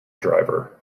driver